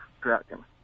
dragon